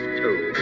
two